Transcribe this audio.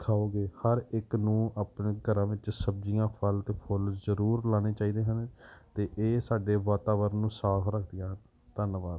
ਖਾਓਗੇ ਹਰ ਇੱਕ ਨੂੰ ਆਪਣੇ ਘਰਾਂ ਵਿੱਚ ਸਬਜ਼ੀਆਂ ਫਲ ਅਤੇ ਫੁੱਲ ਜ਼ਰੂਰ ਲਾਉਣੇ ਚਾਹੀਦੇ ਹਨ ਅਤੇ ਇਹ ਸਾਡੇ ਵਾਤਾਵਰਨ ਨੂੰ ਸਾਫ ਰੱਖਦੀਆਂ ਹਨ ਧੰਨਵਾਦ